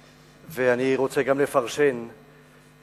גם אני רוצה לפרשן את הרצל,